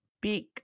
big